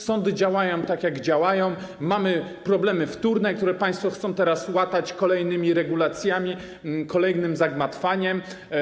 Sądy działają tak, jak działają, mamy problemy wtórne, które państwo chcą teraz łatać kolejnymi regulacjami, kolejnym zagmatwaniem.